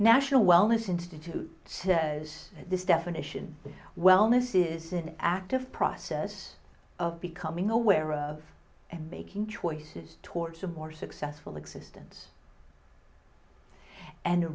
national wellness institute says this definition of wellness is an active process of becoming aware of and making choices towards a more successful existence and the